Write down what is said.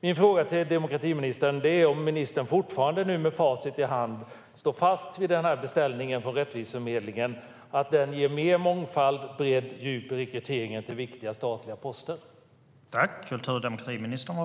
Min fråga till demokratiministern är om hon fortfarande, nu med facit i hand, står fast vid att beställningen från Rättviseförmedlingen ger mer mångfald, bredd och djup vid rekryteringen till viktiga statliga poster.